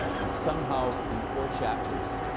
and somehow, in four chapters,